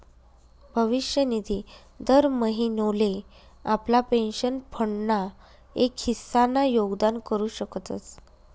भविष्य निधी दर महिनोले आपला पेंशन फंड ना एक हिस्सा ना योगदान करू शकतस